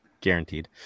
guaranteed